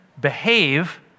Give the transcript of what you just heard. behave